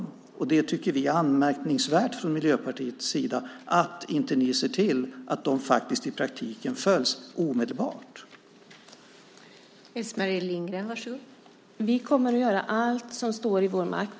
Vi i Miljöpartiet tycker att det är anmärkningsvärt att ni inte ser till att de följs omedelbart och i praktiken.